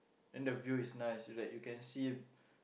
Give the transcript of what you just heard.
then the view is nice like you can see